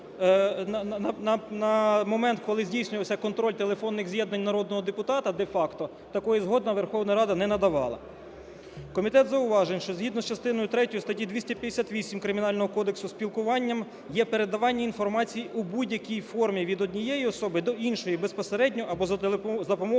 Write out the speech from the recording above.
на момент, коли здійснювався контроль телефонних з'єднань народного депутата де-факто, такої згоди Верховна Рада не надавала. Комітет зауважив, що згідно з частиною третьою статті 258 Кримінального кодексу спілкуванням є передавання інформації у будь-якій формі від однієї особи до іншої безпосередньо або за допомогою